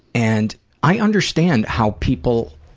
and i understand how people